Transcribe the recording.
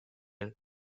elle